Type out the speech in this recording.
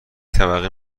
طبقه